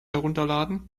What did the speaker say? herunterladen